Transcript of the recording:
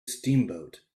steamboat